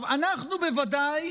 אנחנו בוודאי